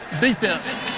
defense